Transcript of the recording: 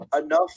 enough